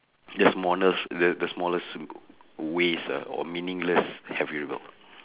just smallest the the smallest w~ ways uh or meaningless have you rebelled